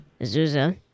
Azusa